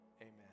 amen